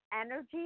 energy